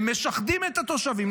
הם משחדים את התושבים,